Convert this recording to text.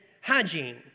hygiene